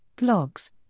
blogs